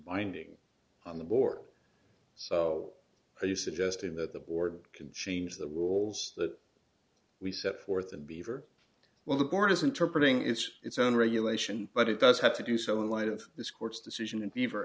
binding on the board so are you suggesting that the board can change the rules that we set forth and beaver well the board has interpreted it's its own regulation but it does have to do so in light of this court's decision and beaver